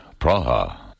Praha